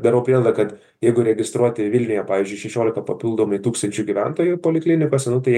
darau prielaidą kad jeigu registruoti vilniuje pavyzdžiui šešiolika papildomai tūkstančių gyventojų poliklinikose nu tai